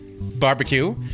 barbecue